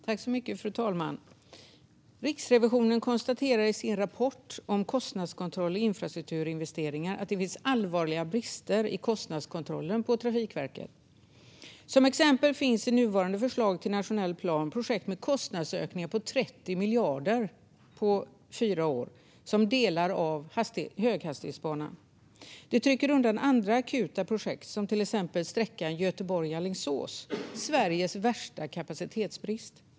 Fru talman! Riksrevisionen konstaterar i sin rapport om kostnadskontroll i infrastrukturinvesteringar att det finns allvarliga brister i kostnadskontrollen på Trafikverket. Som exempel finns i nuvarande förslag till nationell plan projekt med kostnadsökningar på 30 miljarder på fyra år, som delar av höghastighetsbanan. Detta trycker undan akuta projekt, till exempel sträckan Göteborg-Alingsås med Sveriges värsta kapacitetsbrist.